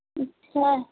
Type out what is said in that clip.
अच्छा